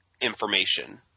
information